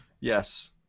Yes